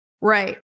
Right